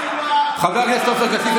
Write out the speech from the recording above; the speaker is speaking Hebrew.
חבר הכנסת עופר כסיף,